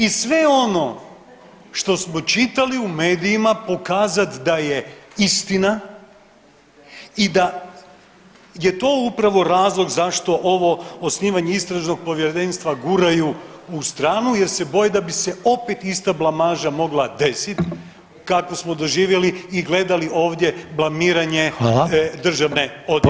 I sve on što smo čitali u medijima pokazati da je istina i da je to upravo razlog zašto ovo osnivanje istražnog povjerenstva guraju u stranu jer se boje da bi se opet ista blamaža mogla desiti kakvu smo doživjeli i gledali ovdje blamiranje državne odvjetnice.